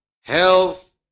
health